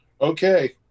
Okay